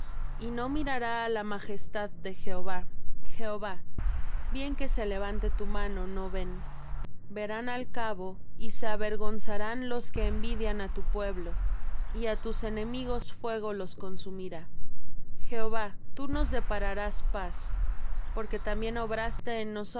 y no mirará á la majestad de jehová jehová bien que se levante tu mano no ven verán al cabo y se avergonzarán los que envidian á tu pueblo y á tus enemigos fuego los consumirá jehová tú nos depararás paz porque también obraste en